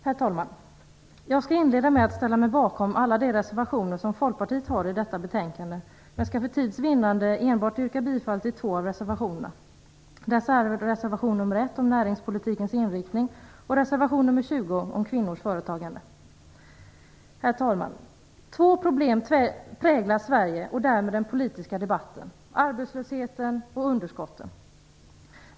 Herr talman! Jag skall inleda med att ställa mig bakom alla de reservationer som Folkpartiet har i detta betänkande, men för tids vinnande skall jag enbart yrka bifall till två av reservationerna. Dessa är reservation nr 1 om näringspolitikens inriktning och reservation nr 20 om kvinnors företagande. Herr talman! Två problem präglar Sverige och därmed den politiska debatten, nämligen arbetslösheten och underskotten.